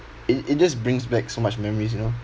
it it just brings back so much memories you know